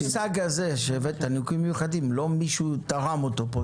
אבל המושג הזה שהבאת "נימוקים מיוחדים" לא מישהו תרם אותו פה,